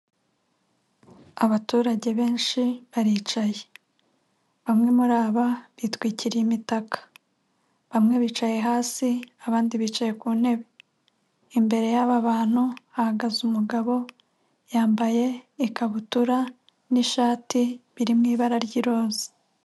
Abaturage benshi baricaye, bamwe muri aba bitwikirariye imitaka, bamwe bicaye hasi abandi bicaye ku ntebe, imbere y'aba bantu hahagaze umugabo yambaye ikabutura n'ishati biri mu ibara ry'iroza.